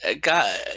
God